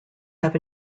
have